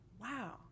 wow